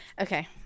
Okay